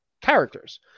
characters